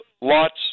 lot's